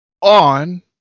on